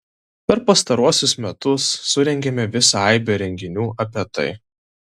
per pastaruosius metus surengėme visą aibę renginių apie tai